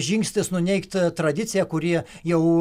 žingsnis nuneigt tradiciją kurie jau